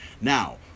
Now